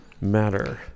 matter